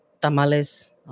Tamales